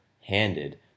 handed